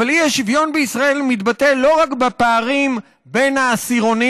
אבל האי-שוויון בישראל מתבטא לא רק בפערים בין העשירונים.